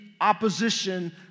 opposition